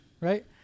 Right